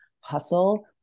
hustle